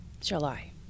July